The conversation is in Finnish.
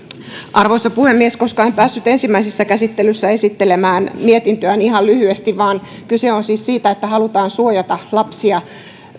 arvoisa puhemies koska en päässyt ensimmäisessä käsittelyssä esittelemään mietintöä niin ihan lyhyesti vain kyse on siis siitä että halutaan suojata lapsia